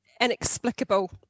inexplicable